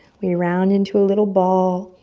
we round into a little ball.